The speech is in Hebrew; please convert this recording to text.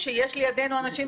כי כל עוד אתה נכנס באמצע,